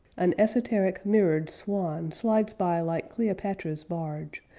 an esoteric, mirrored swan slides by like cleopatra's barge,